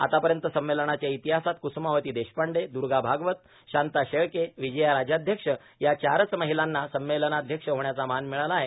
आतापयत संमेलनाच्या ईातहासात कुसुमावती देशपांडे दुगा भागवत शांता शेळके र्वजया राजाध्यक्ष या चारच र्माहलांना संमेलनाध्यक्ष होण्याचा मान र्मिळाला आहे